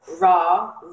raw